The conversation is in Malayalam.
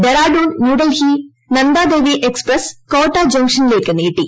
ഡെറാഡൂൺ ന്യൂഡൽഹി നന്ദാദേവി എക്സ്പ്രസ് കോട്ട ജംഗ്ഷനിലേക്ക് നീട്ടി